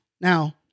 Now